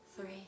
three